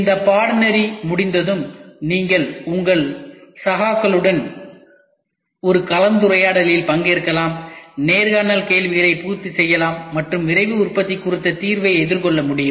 இந்த பாடநெறி முடிந்ததும் நீங்கள் உங்கள் சகாக்களுடன் ஒரு கலந்துரையாடலில் பங்கேற்கலாம் நேர்காணல் கேள்விகளைப் பூர்த்தி செய்யலாம் மற்றும் விரைவு உற்பத்தி குறித்த தேர்வை எதிர்கொள்ள முடியும்